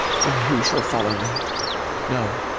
nor who shall follow me no,